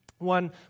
One